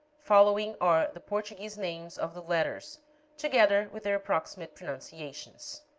following are the portuguese names of the letters together with their approximate pronunciations.